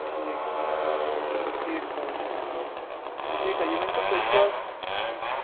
ٹھیٖک ٹھیٖک حظ چھُ ٹھیٖک حظ یہِ ؤنۍتَو تُہۍ چھُو حظ